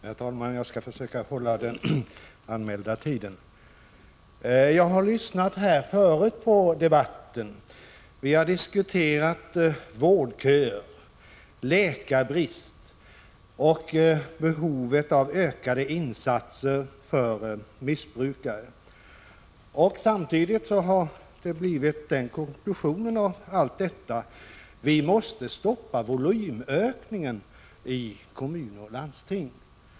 Herr talman! Jag skall försöka hålla den anmälda tiden. Jag har förut lyssnat till debatten. Vi har diskuterat vårdköer, läkarbrist och behovet av ökade insatser för missbrukare. Samtidigt har konklusionen av allt detta blivit att vi måste stoppa volymökningen i kommuner och landsting.